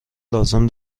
لازم